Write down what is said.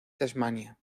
tasmania